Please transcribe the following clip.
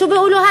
שוּ ביקולוהא?